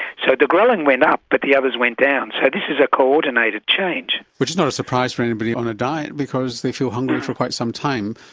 so the ghrelin went up but the others went down, so this is a co-ordinated change. which is not a surprise for anybody who's on a diet, because they feel hungry for quite some time.